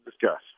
discuss